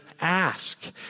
ask